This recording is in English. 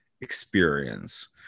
experience